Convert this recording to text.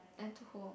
and to hold